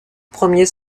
premiers